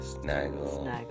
snaggle